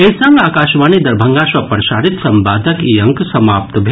एहि संग आकाशवाणी दरभंगा सँ प्रसारित संवादक ई अंक समाप्त भेल